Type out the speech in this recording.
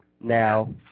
Now